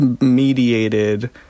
mediated